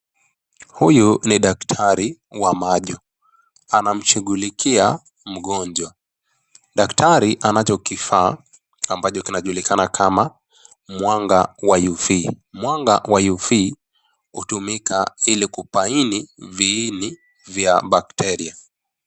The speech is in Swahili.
Huyu ni daktari wa macho. Anamshugulikia mgonjwa. Daktari anachokifaa ambacho kinajulikana kama mwanga wa UV. Mwanga wa UV utumika ilikubaini viini vya (us)bakteria(us).